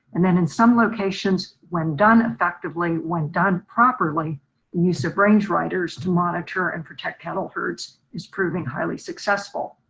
and then in some locations, when done effectively when done properly use of range writers to monitor and protect cattle herds is proving highly successful.